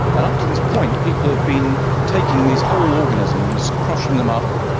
and up to this point people have been taking these whole organisms, crushing them up,